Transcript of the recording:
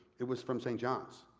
it was from st john's.